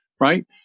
Right